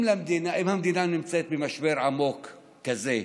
אם המדינה נמצאת במשבר עמוק כזה,